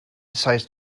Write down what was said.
decides